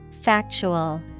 Factual